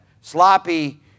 sloppy